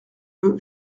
veux